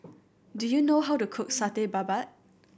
do you know how to cook Satay Babat